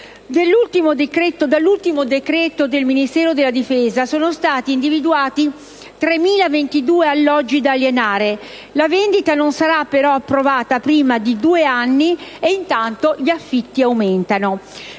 Dall'ultimo decreto del Ministero della difesa sono stati individuati 3.022 alloggi da alienare. La vendita però non sarà approvata prima di due anni. Intanto, gli affitti aumentano.